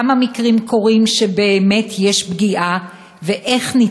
כמה מקרים שבהם באמת יש פגיעה קורים ואיך אפשר